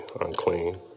unclean